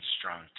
strong